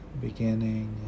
beginning